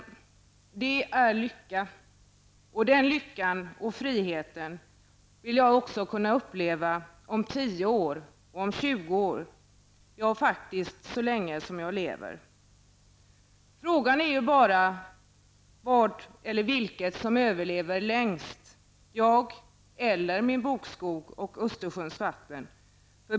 Det är lycka, och den lyckan och friheten vill jag kunna uppleva också om tio år, om 20 år -- ja, så länge som jag lever. Frågan är bara vilket som överlever längst, jag eller min bokskog och Östersjöns vatten.